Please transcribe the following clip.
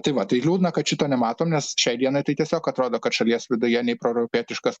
tai va tai liūdna kad šito nematom nes šiai dienai tai tiesiog atrodo kad šalies viduje nei proeuropietiškas